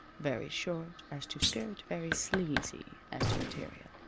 very short as to skirt, very sleazy as to material.